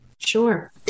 Sure